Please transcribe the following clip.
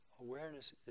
Awareness